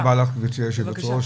תודה רבה לך, גברתי יושבת הראש.